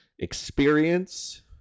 Experience